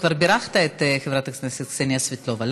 שכבר בירכת את חברת הכנסת קסניה סבטלובה,